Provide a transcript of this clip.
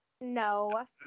No